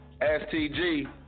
STG